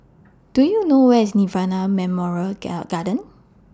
Do YOU know Where IS Nirvana Memorial Gill Garden